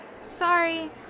Sorry